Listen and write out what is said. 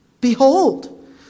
Behold